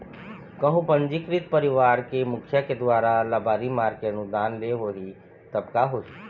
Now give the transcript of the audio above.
कहूँ पंजीकृत परवार के मुखिया के दुवारा लबारी मार के अनुदान ले होही तब का होही?